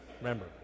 Remember